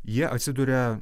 jie atsiduria